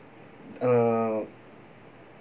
uh